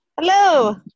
Hello